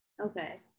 Okay